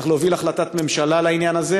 צריך להוביל החלטת ממשלה לעניין הזה